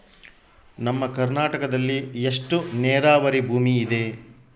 ನಮ್ಮ ಕರ್ನಾಟಕದಲ್ಲಿ ಎಷ್ಟು ನೇರಾವರಿ ಭೂಮಿ ಇದೆ?